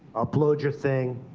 upload your thing.